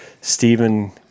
Stephen